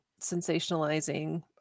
sensationalizing